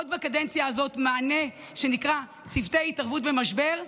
עוד בקדנציה הזאת אנחנו ניתן מענה שנקרא צוותי התערבות במשבר,